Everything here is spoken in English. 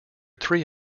three